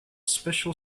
special